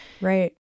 Right